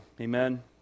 amen